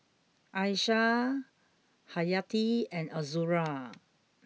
Aishah Haryati and Azura